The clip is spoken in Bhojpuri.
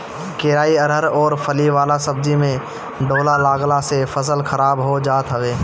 केराई, अरहर अउरी फली वाला सब्जी में ढोला लागला से फसल खराब हो जात हवे